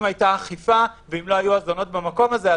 שאם הייתה אכיפה ואם לא היו הזונות במקום הזה,